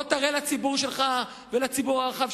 בוא תראה לציבור שלך ולציבור הרחב,